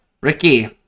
Ricky